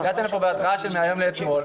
הגעתם לפה בהתרעה מהיום לאתמול.